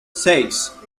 seis